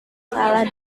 salah